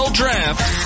draft